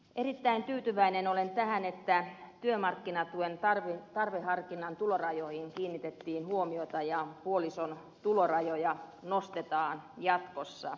erittäin tyytyväinen olen tähän että työmarkkinatuen tarveharkinnan tulorajoihin kiinnitettiin huomiota ja puolison tulorajoja nostetaan jatkossa